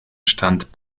stand